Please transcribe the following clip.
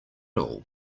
all